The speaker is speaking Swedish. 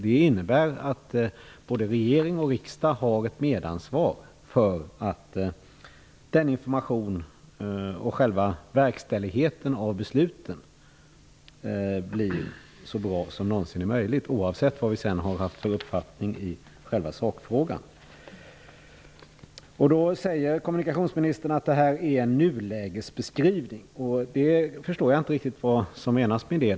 Det innebär att både regering och riksdag har ett medansvar för att informationen om och verkställigheten av beslutet blir så bra som någonsin är möjligt, oavsett vad vi har haft för uppfattning i själva sakfrågan. Kommunikationsministern sade att det var en nulägesbeskrivning. Jag förstår inte riktigt vad som menas med det.